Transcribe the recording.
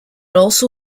also